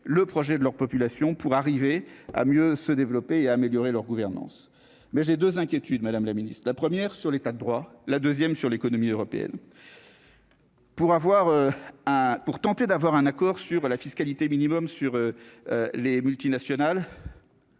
le projet de leur population pour arriver à mieux se développer et améliorer leur gouvernance, mais j'ai 2 inquiétudes : Madame la Ministre de la première sur l'état de droit, la deuxième sur l'économie européenne. Pour avoir un pour tenter d'avoir un accord sur la fiscalité minimum sur les multinationales.